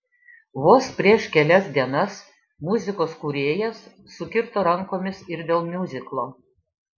vos prieš kelias dienas muzikos kūrėjas sukirto rankomis ir dėl miuziklo